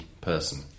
person